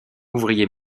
ouvrier